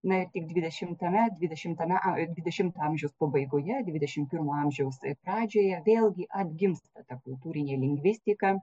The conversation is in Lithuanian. na tik dvidešimtama dvidešimtame a dvidešimto amžiaus pabaigoje dvidešimt pirmo amžiaus pradžioje vėlgi atgimsta ta kultūrinė lingvistika